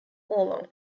oolong